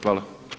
Hvala.